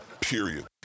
Period